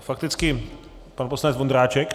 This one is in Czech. Fakticky pan poslanec Vondráček.